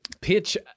pitch